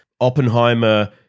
Oppenheimer